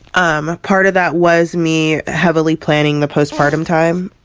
um part of that was me heavily planning the postpartum time,